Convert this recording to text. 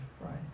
right